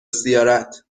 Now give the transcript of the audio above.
زیارت